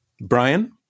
Brian